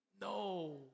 No